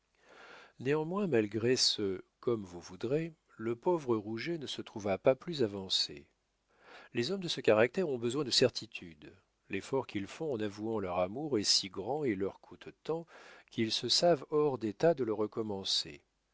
néanmoins malgré ce comme vous voudrez le pauvre rouget ne se trouva pas plus avancé les hommes de ce caractère ont besoin de certitude l'effort qu'ils font en avouant leur amour est si grand et leur coûte tant qu'ils se savent hors d'état de le recommencer